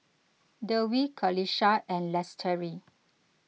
Dewi Qalisha and Lestari